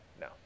No